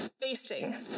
Basting